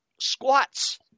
squats